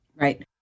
Right